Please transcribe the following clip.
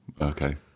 Okay